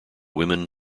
women